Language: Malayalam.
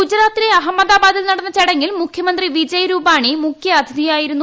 ഗുജറാത്തിലെ അഹമ്മദാബാദിൽ നടന്ന ചടങ്ങിൽ മുഖ്യമുത്തി ് വിജയ് രൂപാണി മുഖ്യാതിഥിയാ യിരുന്നു